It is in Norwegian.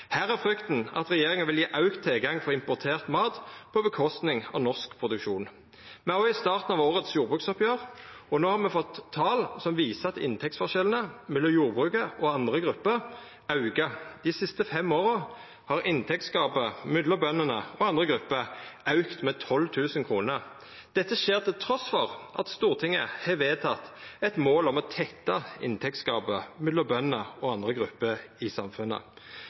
Her er frykta at regjeringa vil gje auka tilgang for importert mat på norsk produksjon si rekning. Me er òg i starten av jordbruksoppgjeret for i år, og no har me fått tal som viser at inntektsforskjellane mellom jordbruket og andre grupper aukar. Dei siste fem åra har inntektsgapet mellom bøndene og andre grupper auka med 12 000 kr. Dette skjer trass i at Stortinget har vedteke eit mål om å tetta inntektsgapet mellom bønder og andre grupper i samfunnet.